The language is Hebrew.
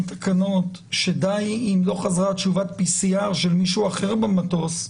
תקנות שדי אם לא חזרה תשובת PCR של מישהו אחר במטוס,